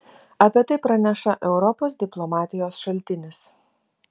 apie tai praneša europos diplomatijos šaltinis